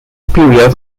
period